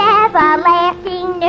everlasting